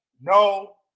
no